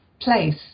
place